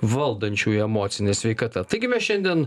valdančiųjų emocine sveikata taigi mes šiandien